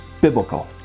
biblical